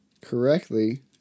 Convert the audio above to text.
correctly